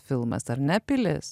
filmas ar ne pilis